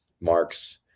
Marx